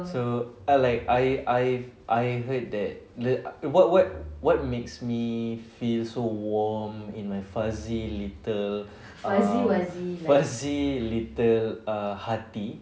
so I like I I I've I heard that what what what makes me feel so warm in my fuzzy little um fuzzy little hearty